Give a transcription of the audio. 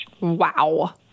Wow